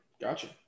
Gotcha